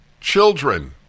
children